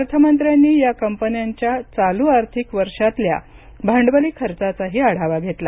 अर्थमंत्र्यांनी या कंपन्यांच्या चालू आर्थिक वर्षातल्या भांडवली खर्चाचा आढावाही घेतला